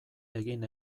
egin